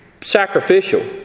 sacrificial